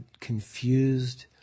confused